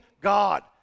God